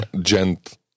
Gent